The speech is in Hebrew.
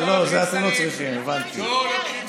לא, לא לוקחים שרים.